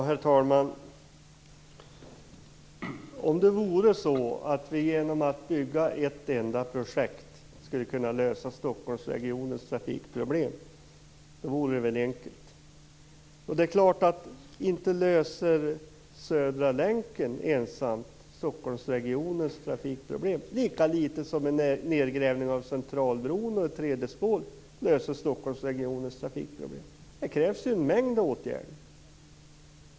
Herr talman! Om det vore så att vi genom ett enda projekt skulle kunna lösa Stockholmsregionens trafikproblem så vore det väl enkelt. Det är klart att inte Södra länken ensamt löser Stockholmsregionens trafikproblem - lika litet som en nedgrävning av Centralbron och ett tredje spår löser Stockholmsregionens trafikproblem. Det krävs en mängd åtgärder.